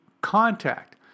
contact